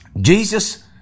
Jesus